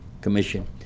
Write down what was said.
commission